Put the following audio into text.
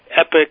epic